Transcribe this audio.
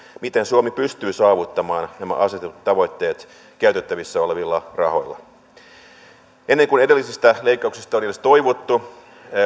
miten suomi pystyy saavuttamaan nämä asetetut tavoitteet käytettävissä olevilla rahoilla ennen kuin edellisistä leikkauksista on edes toivuttu